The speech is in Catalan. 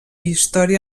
història